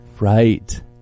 Right